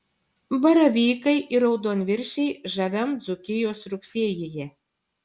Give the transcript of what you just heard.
baravykai ir raudonviršiai žaviam dzūkijos rugsėjyje